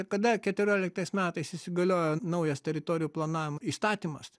kada keturioliktais metais įsigaliojo naujas teritorijų planavimo įstatymas